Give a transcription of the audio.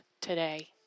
today